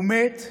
הוא מת,